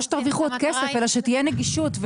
לא שתרוויחו עוד כסף אלא שתהיה נגישות.